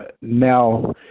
now